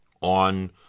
on